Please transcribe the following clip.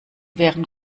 wären